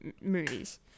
movies